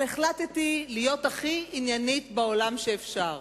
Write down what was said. אבל החלטתי להיות הכי עניינית שאפשר,